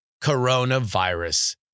coronavirus